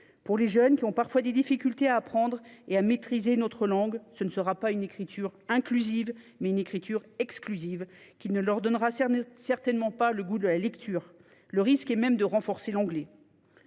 Pour les jeunes qui ont parfois des difficultés à apprendre et à maîtriser notre langue, ce sera non pas une écriture inclusive, mais une écriture exclusive, qui ne leur donnera certainement pas le goût de la lecture. Cela risque même de renforcer l’anglais.